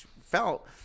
felt